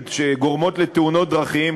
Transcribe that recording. שגורמות לתאונות דרכים,